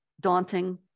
daunting